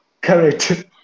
Correct